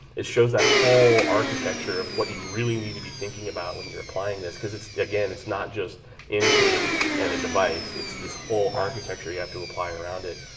it shows that whole architecture of what you really need to be thinking about when you're applying this. cause it's again it's not just intune and a device it's this whole architecture you have to apply around it.